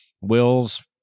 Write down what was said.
wills